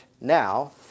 now